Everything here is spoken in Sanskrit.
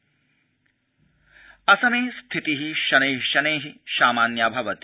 असमस्थिति असमे स्थिति शनै शनै सामान्या भवति